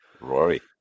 Rory